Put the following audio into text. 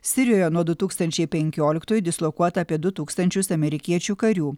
sirijoje nuo du tūkstančiai penkioliktųjų dislokuota apie du tūkstančius amerikiečių karių